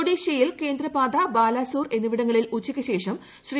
ഒഡീഷയിൽ കേന്ദ്രപാതാ ബാലാസോർ എന്നിവിടങ്ങളിൽ ഉച്ചയ്ക്ക് ശേഷം ശ്രീ